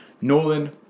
Nolan